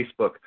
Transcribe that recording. Facebook